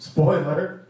Spoiler